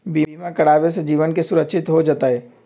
बीमा करावे से जीवन के सुरक्षित हो जतई?